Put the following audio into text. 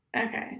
Okay